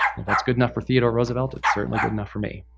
if that's good enough for theodore roosevelt it's certainly good enough for me.